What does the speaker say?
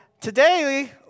today